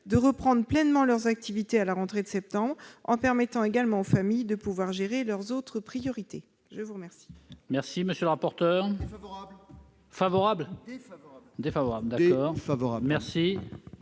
de reprendre pleinement leurs activités à la rentrée de septembre, en permettant également aux familles de gérer leurs autres priorités. Quel